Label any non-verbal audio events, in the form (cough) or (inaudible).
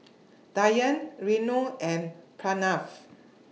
(noise) Dhyan Renu and Pranav